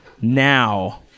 Now